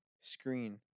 screen